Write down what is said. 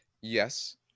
Yes